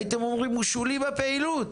הייתם אומרים: הוא שולי בפעילות.